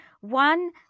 One